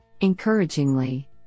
Encouragingly